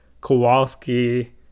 Kowalski